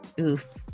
oof